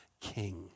king